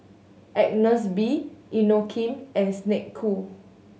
Agnes B Inokim and Snek Ku